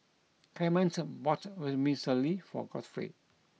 Clement bought Vermicelli for Godfrey